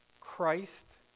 Christ